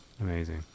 amazing